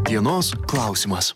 dienos klausimas